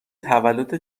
تولدت